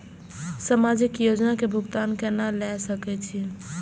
समाजिक योजना के भुगतान केना ल सके छिऐ?